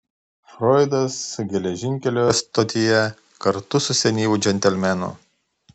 froidas geležinkelio stotyje kartu su senyvu džentelmenu